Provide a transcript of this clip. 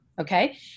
okay